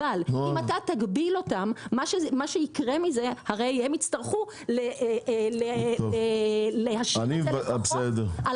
אבל אם אתה תגביל אותם הם יצטרכו להתייצב לפחות על